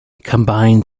combined